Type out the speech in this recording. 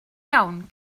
iawn